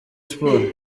sports